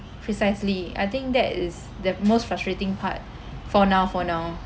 precisely I think that is the most frustrating part for now for now